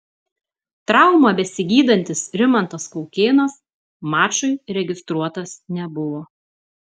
traumą besigydantis rimantas kaukėnas mačui registruotas nebuvo